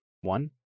one